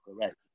Correct